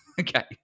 Okay